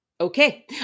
Okay